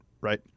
right